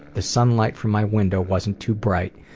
the sunlight from my window wasn't too bright,